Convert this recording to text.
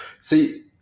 See